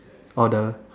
or the